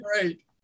great